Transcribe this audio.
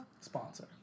Sponsor